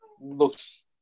Looks